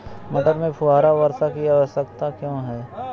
मटर में फुहारा वर्षा की आवश्यकता क्यो है?